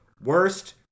Worst